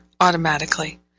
automatically